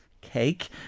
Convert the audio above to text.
Cake